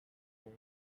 东京